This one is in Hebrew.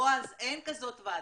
בועז, אין כזאת ועדה.